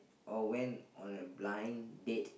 or went on a blind date